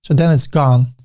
then it's gone.